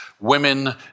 Women